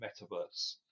metaverse